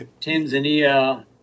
Tanzania